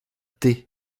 thé